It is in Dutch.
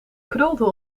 krulde